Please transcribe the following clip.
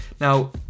Now